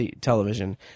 television